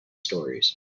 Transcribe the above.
stories